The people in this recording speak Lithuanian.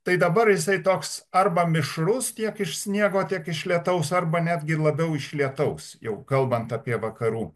tai dabar jisai toks arba mišrus tiek iš sniego tiek iš lietaus arba netgi labiau iš lietaus jau kalbant apie vakarų